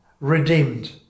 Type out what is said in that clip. redeemed